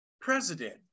president